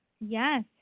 Yes